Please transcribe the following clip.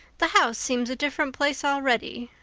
the house seems a different place already.